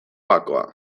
gakoa